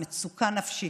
מצוקה נפשית,